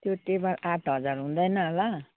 त्यो टेबल आठ हजार हुँदैन होला